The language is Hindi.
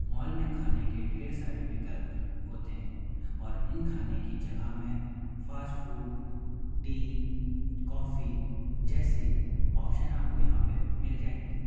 मॉल में खाने के ढेर सारे विकल्प होते हैं और इन खाने की जगह में फ़ास्ट फ़ूड टी कॉफ़ी जैसे ऑप्शन आपको यहाँ पे मिल जाएंगे